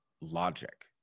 logic